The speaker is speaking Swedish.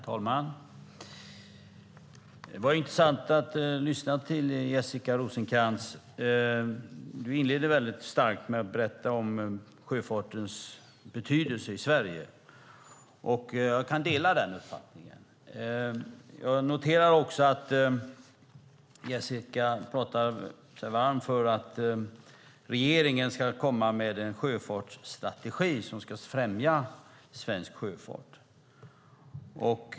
Herr talman! Det var intressant att lyssna till Jessica Rosencrantz. Hon inledde starkt med att berätta om sjöfartens betydelse i Sverige. Jag kan dela den uppfattningen. Jag noterar också att Jessica pratar sig varm för att regeringen ska komma med en sjöfartsstrategi som ska främja svensk sjöfart.